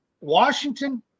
Washington